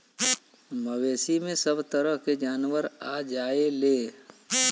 मवेसी में सभ तरह के जानवर आ जायेले